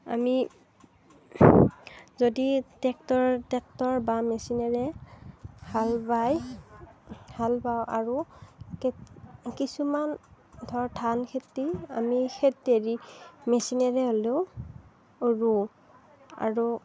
আমি যদি tractor tractor বা মেচিনেৰে হাল বাই হাল বাওঁ আৰু কিছুমান ধৰ ধান খেতি আমি হেৎ তেৰি মেচিনেৰে হ'লেও ৰোওঁ আৰু